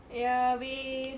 ya wei